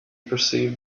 perceived